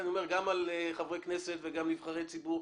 אני אומר גם על חברי כנסת וגם על נבחרי ציבור,